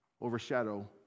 overshadow